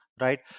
right